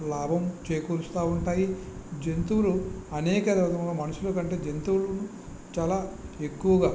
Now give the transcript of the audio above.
లాభం చేకూరుస్తూ ఉంటాయి జంతువులు అనేక రకములుగా మనుషులకంటే జంతువులు చాలా ఎక్కువగా